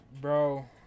Bro